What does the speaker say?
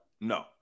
No